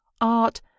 art